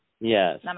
Yes